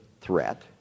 threat